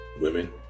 women